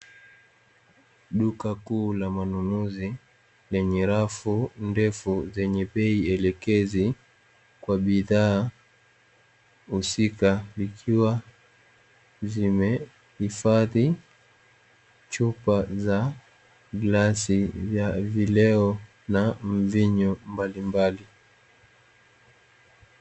Duka kuu la manunuzi lenye rafu ndefu zenye bei elekezi kwa bidhaa husika, zikiwa zimehifadhi chupa za glasi za vileo na mvinyo mbalimbali.